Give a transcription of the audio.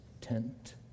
tent